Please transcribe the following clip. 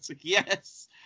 yes